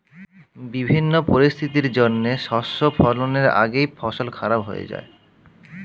বিভিন্ন পরিস্থিতির জন্যে শস্য ফলনের আগেই ফসল খারাপ হয়ে যায়